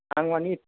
आं मानि